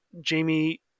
jamie